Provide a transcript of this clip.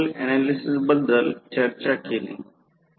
कारण N2N1 V2 V1 असे असेल हे R2000 विभाजित 200 असेल तर ते R10 असेल